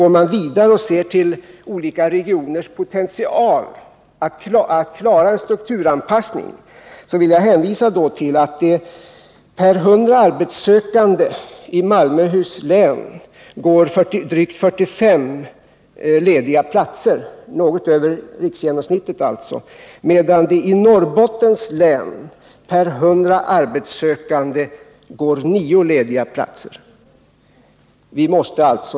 Går man vidare och ser på olika regioners potential att klara en strukturanpassning, vill jag hänvisa till att det på 100 arbetssökande i Malmöhus län går drygt 45 lediga platser, alltså något över riksgenomsnittet, medan det i Norrbottens län på 100 arbetssökande går 9 lediga platser.